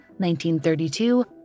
1932